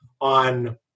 on